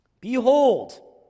Behold